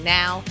now